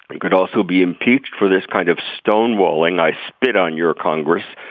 he could also be impeached for this kind of stonewalling i spit on your congress